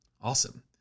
Awesome